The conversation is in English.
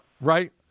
Right